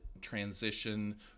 transition